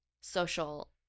social